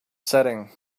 setting